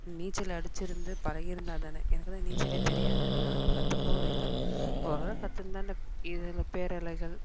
நீச்சல் அடித்திருந்து பழகி இருந்தால் தானே எனக்கு தான் நீச்சலே தெரியாதே நான் அதை கத்துக்கவும் இல்லை ஓரளவு கற்றிருந்தா இந்த இதில் பேரலைகள்